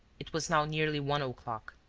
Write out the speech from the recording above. it was now nearly one o'clock.